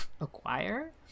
acquire